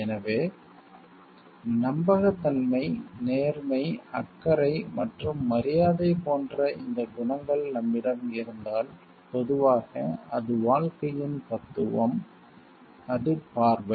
எனவே நம்பகத்தன்மை நேர்மை அக்கறை மற்றும் மரியாதை போன்ற இந்த குணங்கள் நம்மிடம் இருந்தால் பொதுவாக அது வாழ்க்கையின் தத்துவம் அது பார்வை